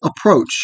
approach